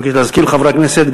אני מבקש להזכיר לחברי הכנסת,